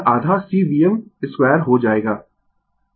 अर्थात AC circuit और capacitive circuit में संग्रहीत ऊर्जा